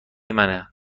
منه